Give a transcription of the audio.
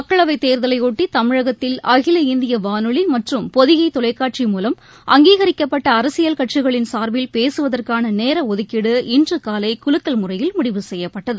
மக்களவைத் தேர்தலையொட்டி தமிழகத்தில் அகில இந்திய வானொலி மற்றும் பொதிகை தொலைக்காட்சி மூலம் அங்கீகரிக்கப்பட்ட அரசியல் கட்சிகளின் சார்பில் பேசுவதற்கான நேர ஒதுக்கீடு இன்று காலை குலுக்கல் முறையில் முடிவு செய்யப்பட்டது